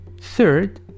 Third